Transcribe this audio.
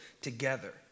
together